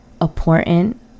important